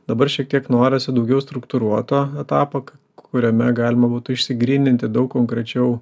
dabar šiek tiek norisi daugiau struktūruoto etapo kuriame galima būtų išsigryninti daug konkrečiau